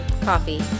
coffee